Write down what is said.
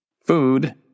food